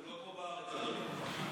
זה לא כמו בארץ, אדוני.